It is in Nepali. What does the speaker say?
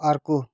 अर्को